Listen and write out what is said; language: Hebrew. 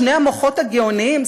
שני המוחות הגאוניים,